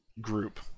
group